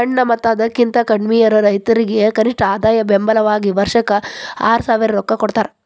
ಸಣ್ಣ ಮತ್ತ ಅದಕಿಂತ ಕಡ್ಮಿಯಿರು ರೈತರಿಗೆ ಕನಿಷ್ಠ ಆದಾಯ ಬೆಂಬಲ ವಾಗಿ ವರ್ಷಕ್ಕ ಆರಸಾವಿರ ರೊಕ್ಕಾ ಕೊಡತಾರ